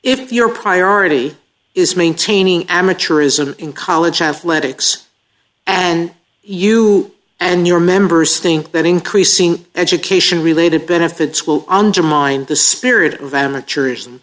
if your priority is maintaining amateurism in college athletics and you and your members think that increasing education related benefits will undermine the spirit of amateuris